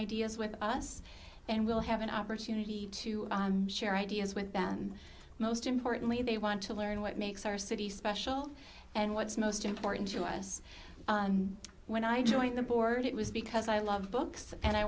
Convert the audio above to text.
ideas with us and we'll have an opportunity to share ideas with ben most importantly they want to learn what makes our city special and what's most important to us when i joined the board it was because i love books and i